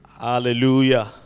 Hallelujah